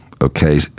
okay